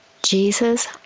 Jesus